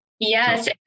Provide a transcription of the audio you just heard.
Yes